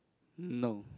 no